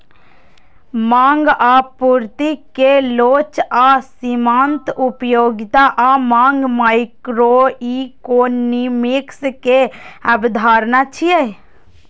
मांग आ आपूर्ति के लोच आ सीमांत उपयोगिता आ मांग माइक्रोइकोनोमिक्स के अवधारणा छियै